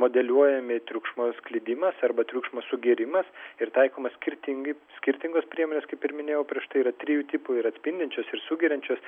modeliuojami triukšmo sklidimas arba triukšmo sugėrimas ir taikoma skirtingai skirtingos priemonės kaip ir minėjau prieš tai yra trijų tipų yra atspindinčios ir sugeriančios